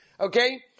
Okay